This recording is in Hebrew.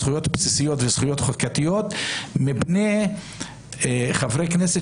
זכויות בסיסיות וזכויות חוקתיות מפני חברי כנסת